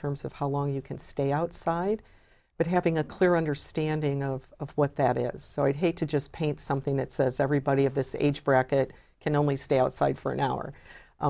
terms of how long you can stay outside but having a clear understanding of what that is so i'd hate to just paint something that says everybody of this age bracket can only stay outside for an hour